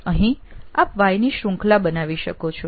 અહીં આપ વ્હાય ની શ્રુંખલા બનાવી શકો છો